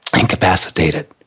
incapacitated